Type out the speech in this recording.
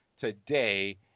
today